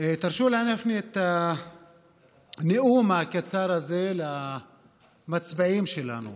תרשו לי להפנות את הנאום הקצר הזה למצביעים שלנו,